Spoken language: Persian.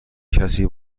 کسی